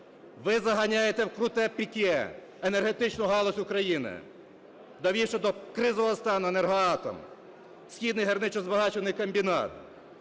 Ви заганяєте в круте піке енергетичну галузь України, довівши до кризового стану "Енергоатом", Східний гірничо-збагачувальний комбінат.